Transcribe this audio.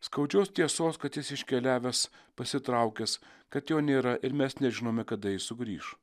skaudžios tiesos kad jis iškeliavęs pasitraukęs kad jo nėra ir mes nežinome kada jis sugrįš